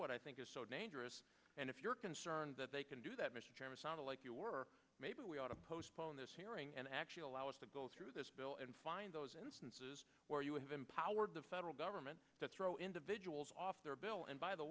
what i think is so dangerous and if you're concerned that they can do that mr chairman sounded like you were maybe we ought to postpone this hearing and actually allow us to go through this bill and find those instances where you have empowered the federal government that's roll individuals off their bill and by the